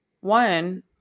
one